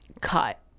cut